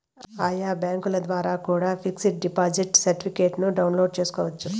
ఆయా బ్యాంకుల ద్వారా కూడా పిక్స్ డిపాజిట్ సర్టిఫికెట్ను డౌన్లోడ్ చేసుకోవచ్చు